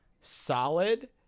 solid